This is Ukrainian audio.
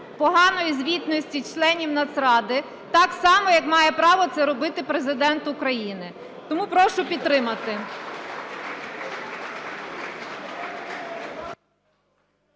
поганої звітності членів Нацради – так само, як має право це робити Президент України. Тому прошу підтримати.